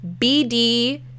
BD